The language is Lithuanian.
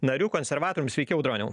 nariu konservatorium sveiki audroniau